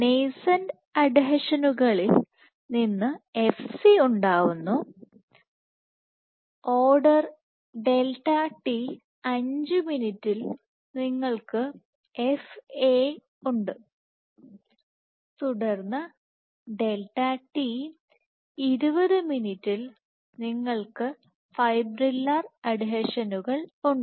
നേസെന്റ്അഡ്ഹീഷനുകകളിൽ നിന്ന് F C ഉണ്ടാവുന്നു order delta t 5 മിനിറ്റിൽ നിങ്ങൾക്ക് FAsഉണ്ട് തുടർന്ന് ഡെൽറ്റ t 20 മിനിറ്റിൽ നിങ്ങൾക്ക് ഫൈബ്രില്ലർ അഡ്ഹീഷനുകൾ ഉണ്ട്